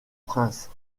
prince